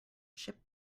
ship